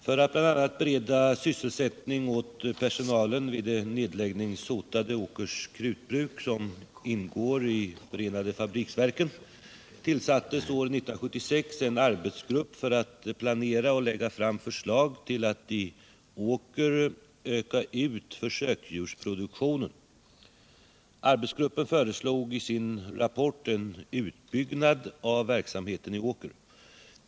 För att bl.a. bereda sysselsättning för personalen vid nedläggningshotade Åkers Krutbruk, som ingår i förenade fabriksverken, tillsattes år 1976 en arbetsgrupp för att planera och lägga fram förslag till att i Åker öka ut försöksdjursproduktionen. Arbetsgruppen föreslog i sin rapport en utbyggnad av verksamheten i Åker.